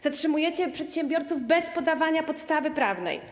Zatrzymujecie przedsiębiorców bez podawania podstawy prawnej.